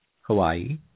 Hawaii